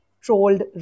trolled